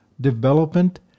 development